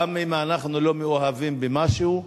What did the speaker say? גם אם אנחנו לא מאוהבים במשהו.